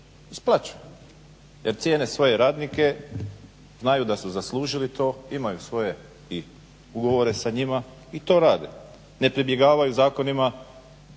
Isplaćuju jer cijene svoje radnike, znaju da su zaslužili to, imaju svoje i ugovore sa njima i to rade. Ne pribjegavaju zakonima